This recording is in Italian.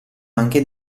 anche